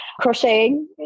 Crocheting